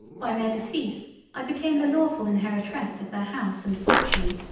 by their decease i became the lawfull inheritress of their house and fortune.